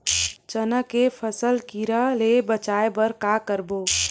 चना के फसल कीरा ले बचाय बर का करबो?